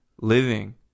living